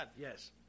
Yes